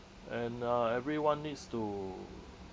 and uh everyone needs to